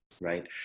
right